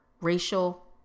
racial